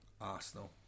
Arsenal